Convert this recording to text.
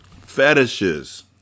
fetishes